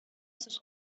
sus